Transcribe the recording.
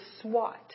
swat